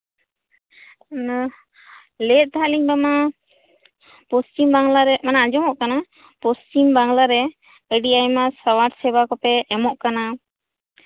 ᱦᱮᱸ ᱞᱟᱹᱭᱮᱜ ᱛᱟᱦᱮᱞᱤᱧ ᱚᱱᱟ ᱯᱚᱥᱪᱤᱢᱵᱟᱝᱞᱟᱨᱮ ᱢᱟᱱᱮ ᱟᱸᱡᱚᱢᱚᱜ ᱠᱟᱱᱟ ᱯᱚᱥᱪᱤᱢ ᱵᱟᱝᱞᱟᱨᱮ ᱟᱹᱰᱤ ᱟᱭᱢᱟ ᱥᱟᱶᱟᱨ ᱠᱚᱯᱮ ᱮᱢᱚᱜ ᱠᱟᱱᱟ